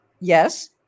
Yes